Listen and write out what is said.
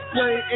Play